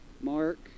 Mark